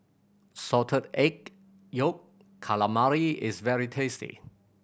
Salted Egg Yolk Calamari is very tasty